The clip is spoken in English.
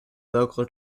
local